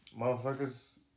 motherfuckers